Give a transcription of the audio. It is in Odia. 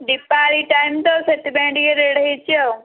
ଦୀପାଳି ଟାଇମ୍ ତ ସେଥିପାଇଁ ଟିକେ ରେଟ୍ ହେଇଛି ଆଉ